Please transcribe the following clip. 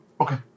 Okay